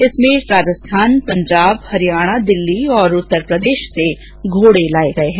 इसमें राजस्थान पंजाब हरियाणा दिल्ली उत्तर प्रदेश से घोड़े लाये गये हैं